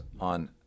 on